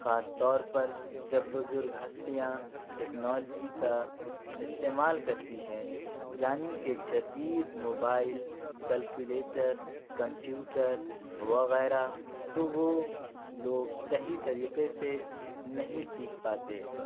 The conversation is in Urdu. خاص طور پر جب بزرگ ہستیاں ٹکنالوجی کا استعمال کرتی ہیں یعنی کہ جدید موبائل کلکولیٹر کمپیوٹر وغیرہ تو وہ لوگ صحیح طریقے سے نہیں سیکھ پاتے